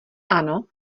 ano